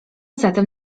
zatem